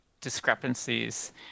discrepancies